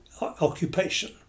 occupation